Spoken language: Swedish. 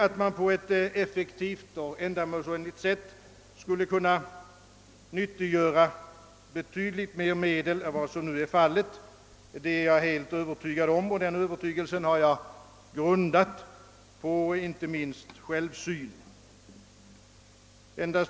Att man på ett effektivt och ändamålsenligt sätt skulle kunna nyttiggöra betydligt mer medel än man nu gör är jag helt övertygad om, och den övertygelsen har jag grundat på inte minst självsyn.